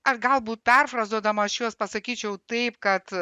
ar galbūt perfrazuodama aš juos pasakyčiau taip kad